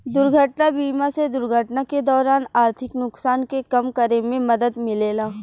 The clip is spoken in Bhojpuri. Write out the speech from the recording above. दुर्घटना बीमा से दुर्घटना के दौरान आर्थिक नुकसान के कम करे में मदद मिलेला